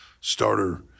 starter